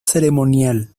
ceremonial